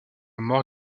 mort